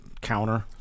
counter